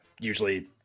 usually